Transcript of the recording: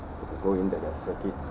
I told him that there's circuit